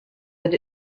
that